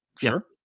sure